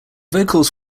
vocals